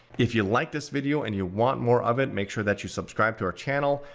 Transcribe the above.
if you like this video, and you want more of it, make sure that you subscribe to our channel.